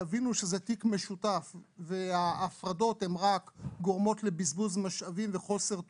יבינו שזה תיק משותף וההפרדות הן רק גורמות לבזבוז משאבים וחוסר תועלת,